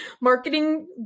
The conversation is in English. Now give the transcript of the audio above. marketing